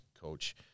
coach